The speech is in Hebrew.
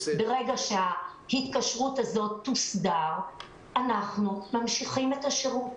ברגע שההתקשרות הזאת תוסדר אנחנו נמשיך את השירות.